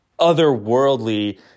otherworldly